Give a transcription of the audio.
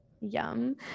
Yum